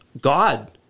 God